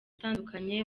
atandukanye